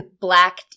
black